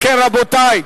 אם כן, רבותי,